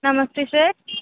నమస్తే సార్